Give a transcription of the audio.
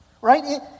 Right